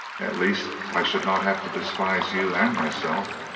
at least i should not have to despise you and myself.